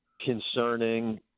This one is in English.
concerning